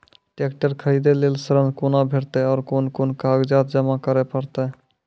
Tractor खरीदै लेल ऋण कुना भेंटते और कुन कुन कागजात जमा करै परतै?